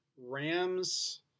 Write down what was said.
Rams